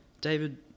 David